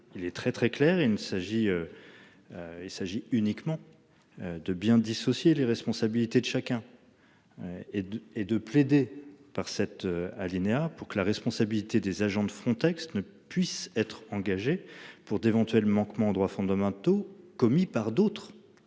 il ne s'agit. Il s'agit uniquement. De bien dissocier les responsabilités de chacun. Et de et de plaider par cet alinéa pour que la responsabilité des agents de Frontex ne puisse être engagée pour d'éventuels manquements aux droits fondamentaux commis par d'autres.